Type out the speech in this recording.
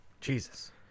Jesus